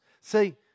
See